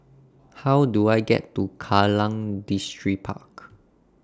How Do I get to Kallang Distripark